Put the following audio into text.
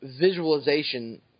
Visualization